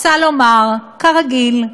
רוצה לומר: כרגיל,